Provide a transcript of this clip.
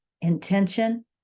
intention